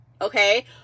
okay